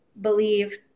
believe